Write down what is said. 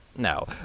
No